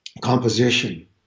composition